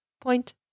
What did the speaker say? point